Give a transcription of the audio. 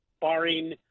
barring